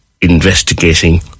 investigating